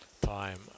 time